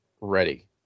ready